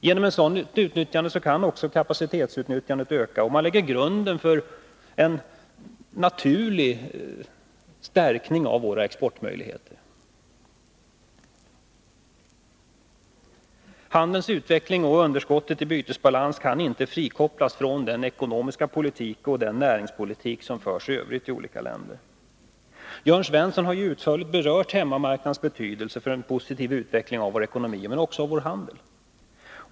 Genom en sådan utveckling kan kapacitetsutnyttjandet ökas, och man lägger grunden för en naturlig stärkning av våra exportmöjligheter. Handelns utveckling och underskottet i bytesbalansen kan inte frikopplas från den ekonomiska politik och den näringspolitik i övrigt som förs i olika länder. Jörn Svensson har utförligt behandlat hemmamarknadens betydelse för en positiv utveckling av vår ekonomi men också av vår handel.